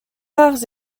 rares